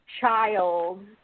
child